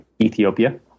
Ethiopia